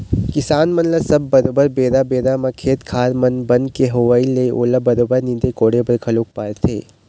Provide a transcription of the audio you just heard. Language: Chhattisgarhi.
किसान मन ल सब बरोबर बेरा बेरा म खेत खार म बन के होवई ले ओला बरोबर नींदे कोड़े बर घलोक परथे